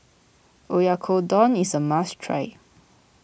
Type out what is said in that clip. Oyakodon is a must try